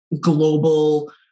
global